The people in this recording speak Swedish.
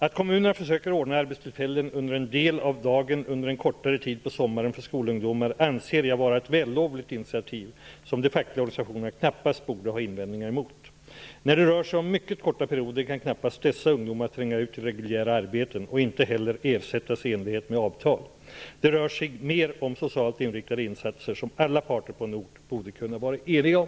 Att kommunerna försöker ordna arbetstillfällen under en del av dagen under en kortare tid på sommaren för skolungdomar anser jag vara ett vällovligt initiativ som de fackliga organisationerna knappast borde ha invändningar emot. När det rör sig om mycket korta perioder, kan knappast dessa ungdomar tränga ut reguljära arbeten och inte heller ersättas i enlighet med avtal. Det rör sig mer om socialt inriktade insatser som alla parter på en ort borde kunna vara eniga om.